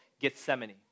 Gethsemane